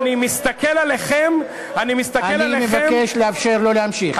אני מסתכל עליכם, אני מבקש לאפשר לו להמשיך.